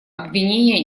обвинения